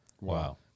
Wow